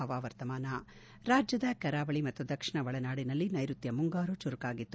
ಹವಾ ವರ್ತಮಾನ ರಾಜ್ಯದ ಕರಾವಳಿ ಮತ್ತು ದಕ್ಷಿಣ ಒಳನಾಡಿನಲ್ಲಿ ನೈರುತ್ತ ಮುಂಗಾರು ಚುರುಕಾಗಿತ್ತು